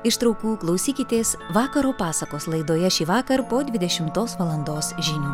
ištraukų klausykitės vakaro pasakos laidoje šįvakar po dvidešimtos valandos žinių